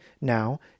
Now